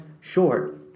short